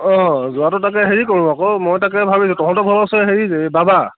অঁ যোৱাটো তাকে হেৰি কৰোঁ আকৌ মই তাকে ভাবিছোঁ তহঁতৰ ঘৰৰ ওচৰৰে হেৰি এই বাবা